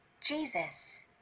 Jesus